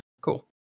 cool